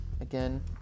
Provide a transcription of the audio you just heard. again